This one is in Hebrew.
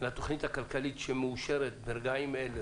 לתוכנית הכלכלית שמאושרת ברגעים אלה